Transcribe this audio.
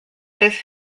this